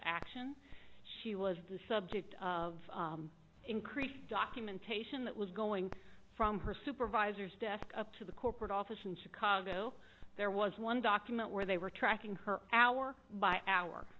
action she was the subject of increased documentation that was going from her supervisors desk up to the corporate office in chicago there was one document where they were tracking her hour